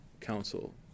Council